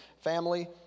family